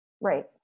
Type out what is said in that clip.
Right